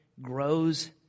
grows